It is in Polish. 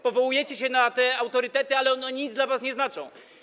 Powołujecie się na te autorytety, ale one nic dla was nie znaczą.